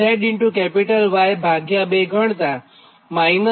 ZY2 ગણતાં 0